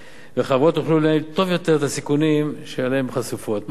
וחברות יוכלו לנהל טוב יותר את הסיכונים שאליהם הן חשופות.